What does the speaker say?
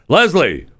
Leslie